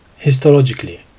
Histologically